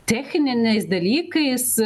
techniniais dalykais